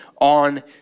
on